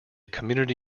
community